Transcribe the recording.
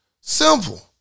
Simple